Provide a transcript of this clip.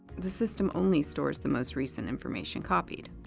the system only stores the most recent information copied.